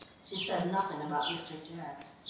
she said nothing about mr. jaggs.